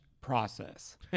process